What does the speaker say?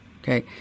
Okay